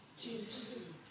juice